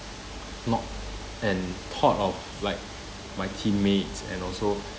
not and thought of like my teammates and also